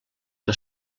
que